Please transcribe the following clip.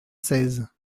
seize